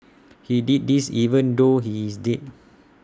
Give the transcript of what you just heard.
he did this even though he is dead